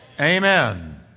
Amen